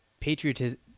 patriotism